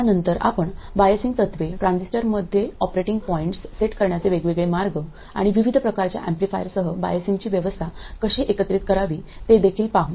त्यानंतर आपण बायझिंग तत्त्वे ट्रान्झिस्टरमध्ये ऑपरेटिंग पॉईंट्स सेट करण्याचे वेगवेगळे मार्ग आणि विविध प्रकारच्या एम्पलीफायरसह बायझिंगची व्यवस्था कशी एकत्रित करावी ते देखील पाहू